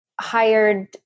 hired